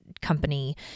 company